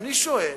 ואני שואל: